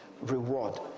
Reward